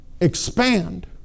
expand